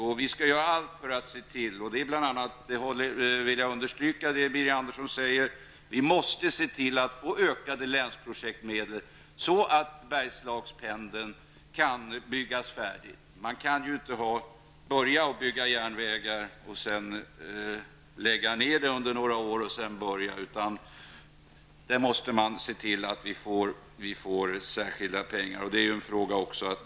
Jag vill understryka att jag håller med om det som Birger Anderssson säger om att vi måste se till att länsprojektmedlen ökar så att Bergslagspendeln kan byggas färdig. Man kan ju inte börja bygga järnvägar och sedan lägga ned projektet under några år för att sedan börja om, utan man måste se till att särskilda pengar avsätts för detta.